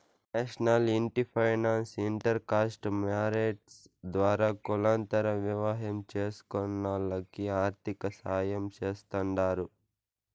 national ఇంటి finance inter caste marriages ద్వారా కులాంతర వివాహం చేస్కునోల్లకి ఆర్థికసాయం చేస్తాండారు